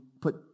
put